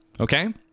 okay